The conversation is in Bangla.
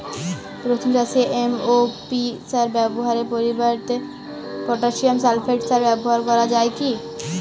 রসুন চাষে এম.ও.পি সার ব্যবহারের পরিবর্তে পটাসিয়াম সালফেট সার ব্যাবহার করা যায় কি?